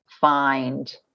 find